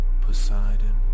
Poseidon